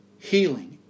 healing